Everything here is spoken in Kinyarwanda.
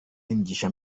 n’imigisha